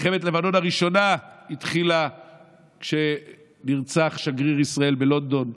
שמלחמת לבנון הראשונה התחילה כשנרצח שגריר ישראל בלונדון.